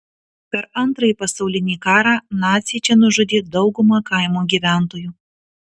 per antrąjį pasaulinį karą naciai čia nužudė daugumą kaimo gyventojų